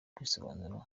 kwisobanura